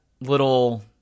little